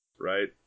Right